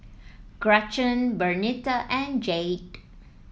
Gretchen Bernita and Jayde